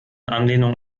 anlehnung